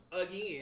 again